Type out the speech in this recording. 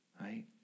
right